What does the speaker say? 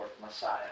Messiah